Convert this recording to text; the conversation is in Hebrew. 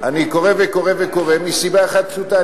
אני קורא וקורא וקורא מסיבה אחת פשוטה,